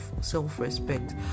self-respect